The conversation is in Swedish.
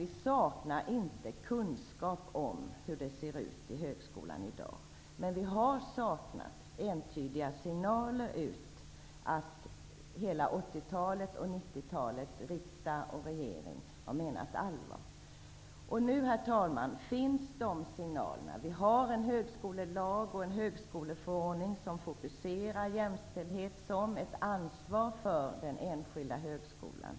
Vi saknar inte kunskap om hur det ser ut i högskolan i dag, men vi har under hela 80-talet och 90-talet saknat entydiga signaler ut till högskolan att regering och riksdag har menat allvar. Nu finns de signalerna, herr talman! Vi har en högskolelag och en högskoleförordning som fokuserar jämställdhet som ett ansvar för den enskilda högskolan.